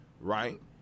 right